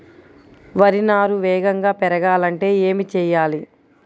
వరి నారు వేగంగా పెరగాలంటే ఏమి చెయ్యాలి?